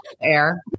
air